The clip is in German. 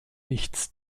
nichts